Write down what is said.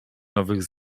nowych